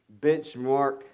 benchmark